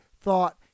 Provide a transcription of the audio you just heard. thought